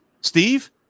steve